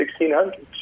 1600s